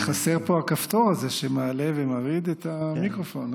רק חסר פה הכפתור הזה שמעלה ומוריד את המיקרופון,